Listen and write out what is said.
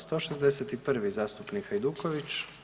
161. zastupnik Hajduković.